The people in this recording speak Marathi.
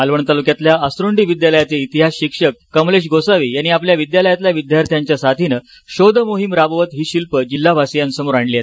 मालवण तालुक्यातल्या असरोंडी विद्यालयाचे इतिहास शिक्षक कमलेश गोसावी यांनी आपल्या विद्यालयातल्या विद्यार्थ्यांच्या साथीन शोधमोहीम राबवत ही शिल्पे जिल्हावासीयांसमोर आणली आहेत